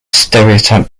stereotype